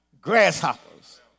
grasshoppers